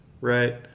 right